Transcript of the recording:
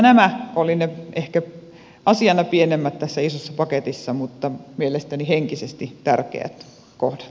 nämä olivat ne ehkä asioina pienemmät tässä isossa paketissa mutta mielestäni henkisesti tärkeät kohdat